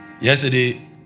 Yesterday